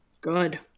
Good